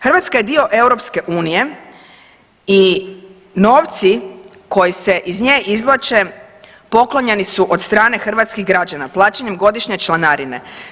Hrvatska je dio EU i novci koji se iz nje izvlače poklonjeni su od strane hrvatskih građana plaćanjem godišnje članarine.